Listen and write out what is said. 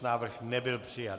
Návrh nebyl přijat.